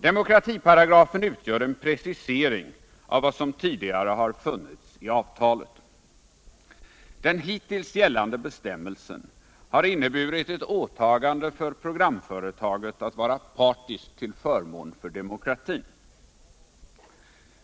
Demokratiparagrafen utgör en precisering av vad som tidigare har funnits i avtalet. Den hittills gällande bestämmelsen har inneburit ett åtagande för programföretaget att vara partiskt till förmån för demokratin.